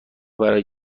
برای